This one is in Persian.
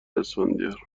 اسفندیار